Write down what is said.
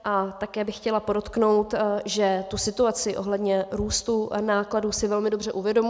A také bych chtěla podotknout, že tu situaci ohledně růstů a nákladů si velmi dobře uvědomuji.